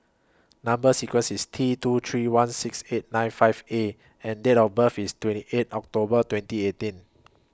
Number sequence IS T two three one six eight nine five A and Date of birth IS twenty eight October twenty eighteen